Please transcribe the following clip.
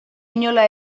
inola